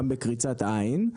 גם בקריצת עין,